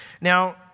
Now